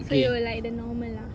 so you're like the normal lah